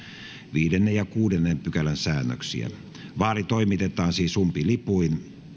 viidennen ja kuudennen pykälän säännöksiä vaali toimitetaan siis umpilipuin